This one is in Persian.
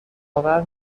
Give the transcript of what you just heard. آور